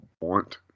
want